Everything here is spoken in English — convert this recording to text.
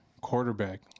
Quarterback